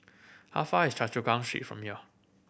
how far y is Choa Chu Kang Street from here